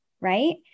Right